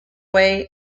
way